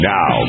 Now